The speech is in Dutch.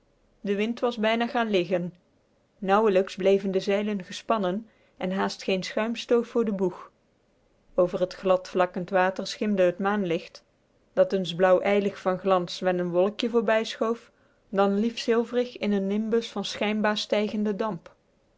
de wind was bijna gaan liggen nauwlijks bleven de zeilen gespannen en haast geen schuim stoof voor den boeg over het glad vlakkend water schimde het maanlicht dan ns blauw wolkje voorbijschoof dan lief zilvrig in n nim ijlgvanswe bus van schijnbaar stijgenden damp